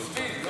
מה